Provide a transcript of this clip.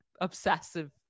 obsessive